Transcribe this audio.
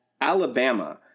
Alabama